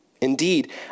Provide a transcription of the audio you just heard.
Indeed